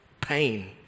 pain